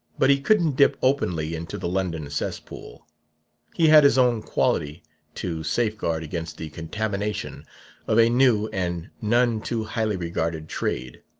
but he couldn't dip openly into the london cesspool he had his own quality to safeguard against the contamination of a new and none too highly-regarded trade.